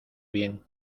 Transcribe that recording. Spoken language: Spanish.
bien